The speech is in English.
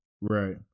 Right